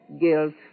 Guilt